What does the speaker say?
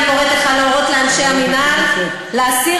אני קוראת לך להורות לאנשי המינהל להסיר